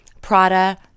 Prada